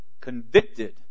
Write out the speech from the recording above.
Convicted